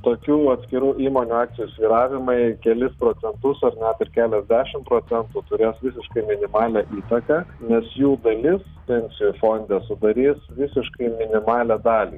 tokių atskirų įmonių akcijų svyravimai kelis procentus ar net ir keliasdešimt procentų turės visiškai minimalią įtaką nes jų dalis pensijų fonde sudarys visiškai minimalią dalį